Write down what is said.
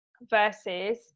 versus